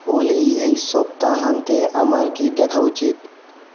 ওলি এই সপ্তাহান্তে আমার কী দেখা উচিত